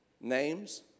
names